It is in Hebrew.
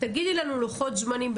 תגידי לנו בערך לוחות זמנים.